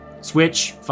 switch